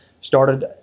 started